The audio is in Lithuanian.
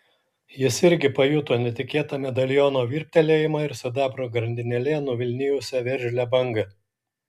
jis irgi pajuto netikėtą medaliono virptelėjimą ir sidabro grandinėle nuvilnijusią veržlią bangą